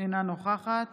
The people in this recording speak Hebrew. אינה נוכחת